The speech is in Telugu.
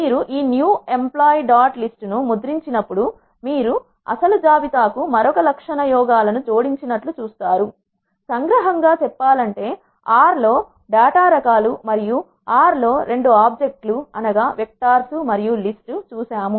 మీరు ఈ న్యూ ఎంప్లాయి డాట్ లిస్ట్ ను ముద్రించినప్పుడు మీరు అసలు జాబితా కు మరొక లక్షణ యోగాలను జోడించినట్లు చూస్తారు సంగ్రహంగా చెప్పాలంటే ఆర్ R లో డేటా రకాలుమరియు ఆర్ R లో రెండుఆబ్జెక్ట్ లు వెక్టార్స్ మరియు లిస్ట్ చూసాము